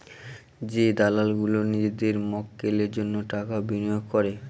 যে দালাল গুলো নিজেদের মক্কেলের জন্য টাকা বিনিয়োগ করে